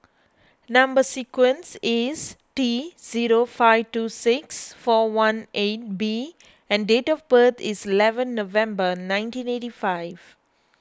Number Sequence is T zero five two six four one eight B and date of birth is eleven November nineteen eighty five